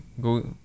go